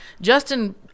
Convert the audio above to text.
Justin